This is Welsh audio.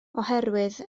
oherwydd